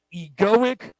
egoic